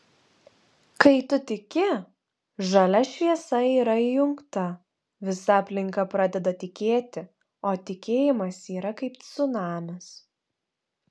kai tu tiki žalia šviesa yra įjungta visa aplinka pradeda tikėti o tikėjimas yra kaip cunamis